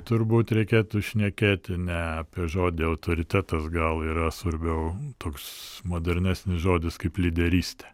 turbūt reikėtų šnekėti ne apie žodį autoritetas gal yra svarbiau toks modernesnis žodis kaip lyderystė